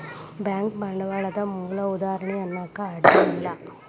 bank ಬಂಡ್ವಾಳದ್ ಮೂಲ ಉದಾಹಾರಣಿ ಅನ್ನಾಕ ಅಡ್ಡಿ ಇಲ್ಲಾ